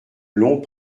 long